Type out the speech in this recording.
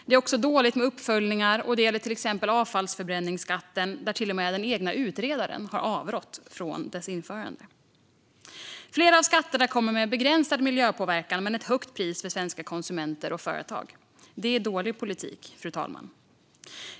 Det är också dåligt med uppföljningar. Det gäller till exempel avfallsförbränningsskatten, där till och med den egna utredaren har avrått från dess införande. Flera av skatterna kommer med begränsad miljöpåverkan men med ett högt pris för svenska konsumenter och företag. Det är dålig politik, fru talman.